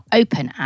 open